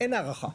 אין הארכה.